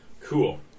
Cool